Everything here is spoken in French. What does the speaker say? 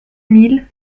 mille